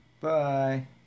Bye